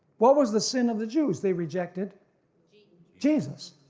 what was the sin of the jews? they rejected jesus.